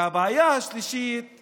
הבעיה השלישית היא